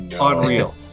unreal